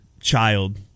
child